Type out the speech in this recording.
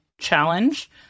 challenge